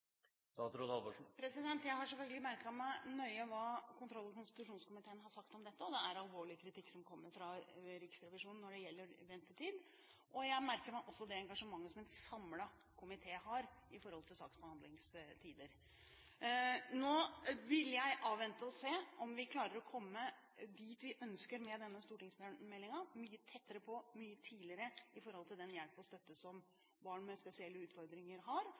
Jeg har selvfølgelig merket meg nøye hva kontroll- og konstitusjonskomiteen har sagt om dette, og det er alvorlig kritikk som kommer fra Riksrevisjonen når det gjelder ventetid. Jeg merker meg også det engasjementet som en samlet komité har når det gjelder saksbehandlingstider. Nå vil jeg avvente og se om vi klarer å komme dit vi ønsker med denne stortingsmeldingen – mye tettere på mye tidligere med tanke på den hjelp og støtte som barn med spesielle utfordringer har